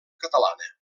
catalana